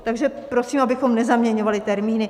Takže prosím, abychom nezaměňovali termíny.